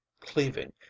cleaving